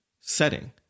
setting